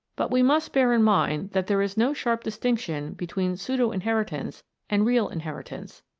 but we must bear in mind that there is no sharp distinction between pseudo-inheritance and real inheritance.